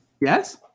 Yes